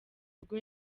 nibwo